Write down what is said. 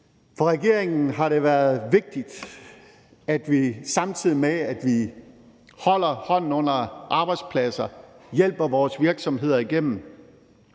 For regeringen har det været vigtigt, at vi, samtidig med at vi holder hånden under arbejdspladser og hjælper vores virksomheder igennem,